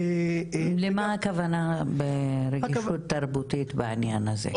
למה הכוונה ברגישות תרבותית בעניין הזה?